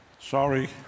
Sorry